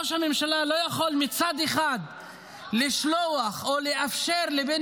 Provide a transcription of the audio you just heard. ראש הממשלה לא יכול מצד אחד לשלוח או לאפשר לבן